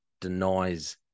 denies